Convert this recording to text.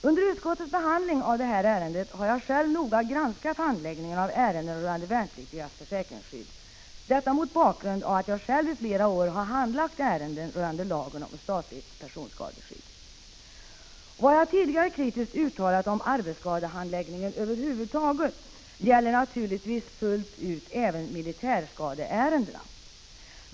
Under utskottets behandling av detta ärende har jag själv noga granskat handläggningen av ärenden rörande värnpliktigas försäkringsskydd, detta mot bakgrund av att jag själv i flera år handlagt ärenden rörande lagen om statligt personskadeskydd. Vad jag tidigare kritiskt uttalat om arbetsskadehandläggningen över huvud taget gäller naturligtvis fullt ut även ”militärskadeärendena”.